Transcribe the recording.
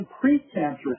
pre-cancerous